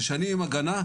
זה שנים עם הגנה,